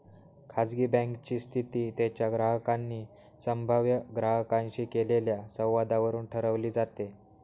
खाजगी बँकेची स्थिती त्यांच्या ग्राहकांनी संभाव्य ग्राहकांशी केलेल्या संवादावरून ठरवली जाते